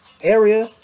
area